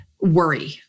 worry